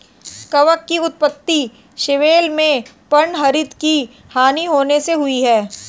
कवक की उत्पत्ति शैवाल में पर्णहरित की हानि होने से हुई है